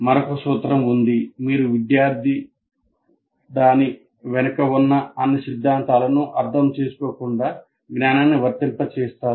మరొక సూత్రం ఉంది మీరు విద్యార్థి దాని వెనుక ఉన్న అన్ని సిద్ధాంతాలను అర్థం చేసుకోకుండా జ్ఞానాన్ని వర్తింపజేస్తారు